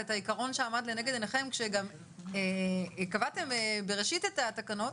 ואת העיקרון שעמד לנגד עיניכם כשקבעתם בראשית התקנות,